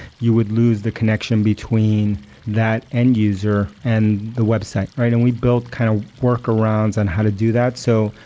you would lose the connection between that end-user and the website, right? and we built kind of workarounds on how to do that. so